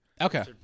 okay